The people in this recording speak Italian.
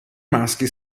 maschi